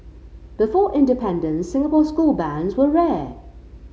before independence Singapore school bands were rare